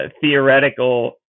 theoretical